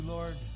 Lord